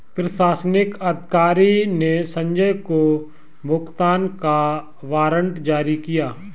प्रशासनिक अधिकारी ने संजय को भुगतान का वारंट जारी किया